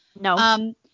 No